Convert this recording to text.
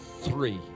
Three